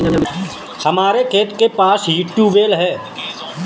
हमारे खेत के पास ही ट्यूबवेल है